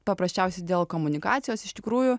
paprasčiausiai dėl komunikacijos iš tikrųjų